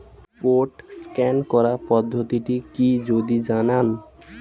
Code scan করার পদ্ধতিটি কি যদি জানান?